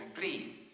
please